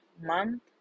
month